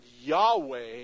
Yahweh